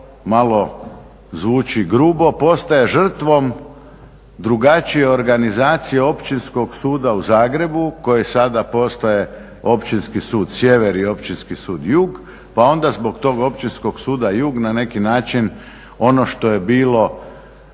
to zvuči grubo postaje žrtvom drugačije organizacije Općinskog suda u Zagrebu koje sada postoje Općinski sud sjever i Općinski sud jug pa onda zbog tog Općinskog suda jug na neki način ono što je bilo